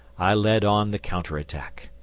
i led on the counter attack.